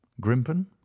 grimpen